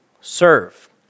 serve